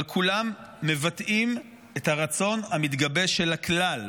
אבל כולם מבטאים את הרצון המתגבש של הכלל,